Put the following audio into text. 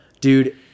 Dude